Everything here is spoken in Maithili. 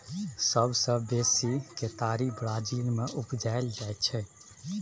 सबसँ बेसी केतारी ब्राजील मे उपजाएल जाइ छै